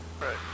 Right